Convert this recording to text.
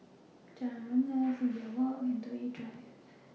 Jalan Rengas Imbiah Walk and Toh Yi Drive